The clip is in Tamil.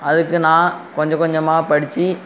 அதுக்கு நான் கொஞ்சம் கொஞ்சமாக படித்து